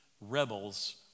rebels